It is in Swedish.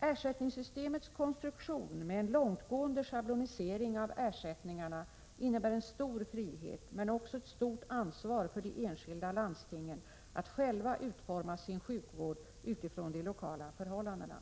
Ersättningssystemets konstruktion med en långtgående schablonisering av ersättningarna innebär en stor frihet, men också ett stort ansvar för de enskilda landstingen att själva utforma sin sjukvård utifrån de lokala förhållandena.